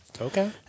Okay